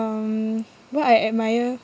um what I admire